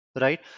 Right